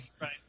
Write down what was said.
right